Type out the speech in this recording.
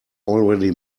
already